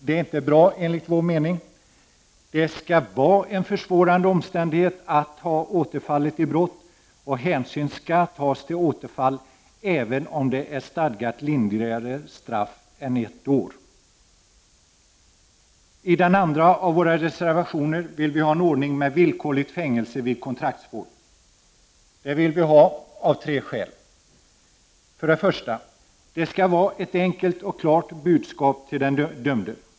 Det är enligt vår mening inte bra. Det skall vara en försvårande omständighet att ha återfallit till brott, och hänsyn skall tas till återfall även om det är stadgat lindrigare straff — Prot. 1989/90:31 än ett år. 22 november 1989 I reservation 5 föreslår vi en ordning med villkorlig fängelsedom vidkon= =, oo traktsvård. Vi föreslår detta av tre skäl. För det första: Det skall vara ett enkelt och klart budskap till den dömde.